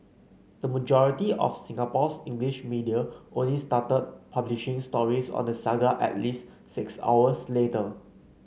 the majority of Singapore's English media only started publishing stories on the saga at least six hours later